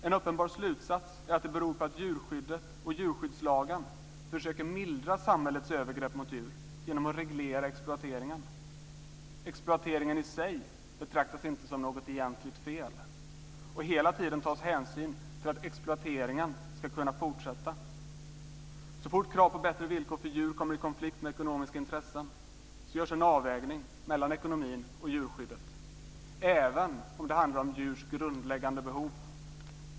En uppenbar slutsats är att det beror på att djurskyddet och djurskyddslagen försöker mildra samhällets övergrepp mot djur genom att reglera exploateringen. Exploateringen i sig betraktas inte som något egentligt fel. Hela tiden tas hänsyn till att exploateringen ska kunna fortsätta. Så fort krav på bättre villkor för djur kommer i konflikt med ekonomiska intressen görs en avvägning mellan ekonomin och djurskyddet - även om det handlar om djurs grundläggande behov.